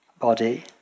body